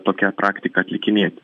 tokia praktika atlikinėti